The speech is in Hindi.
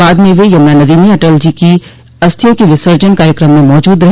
बाद में वे यम्ना नदी में अटल जी की अस्थियों के विसर्जन कार्यक्रम में मौजूद रहे